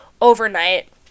overnight